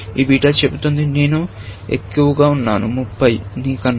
ఈ బీటా చెబుతోంది నా విలువ నీ విలువ కంటే 30 ఏకువ గా ఉంది